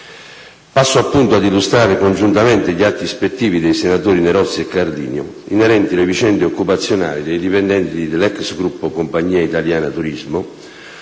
Passo a rispondere congiuntamente agli atti ispettivi dei senatori Nerozzi e Carlino, inerenti le vicende occupazionali dei dipendenti dell'ex gruppo Compagnia italiana turismo